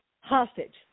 hostage